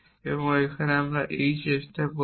এবং এখানে E চেষ্টা করবে